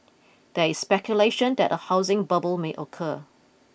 there is speculation that a housing bubble may occur